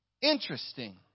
Interesting